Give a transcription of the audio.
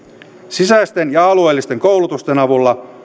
sisäisten ja alueellisten koulutusten avulla